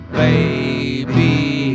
baby